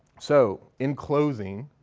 so in closing,